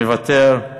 מוותר,